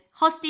hosted